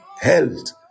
held